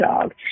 dog